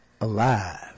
alive